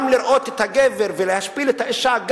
לראות את הגבר משפיל את האשה,